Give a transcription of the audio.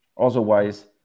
Otherwise